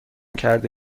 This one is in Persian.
کرده